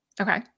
Okay